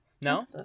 no